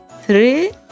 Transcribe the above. three